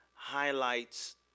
highlights